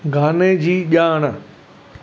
गाने जी ॼाण